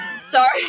sorry